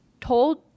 told